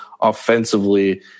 offensively